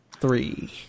three